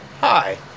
Hi